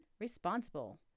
responsible